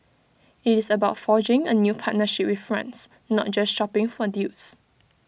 IT is about forging A new partnership with France not just shopping for deals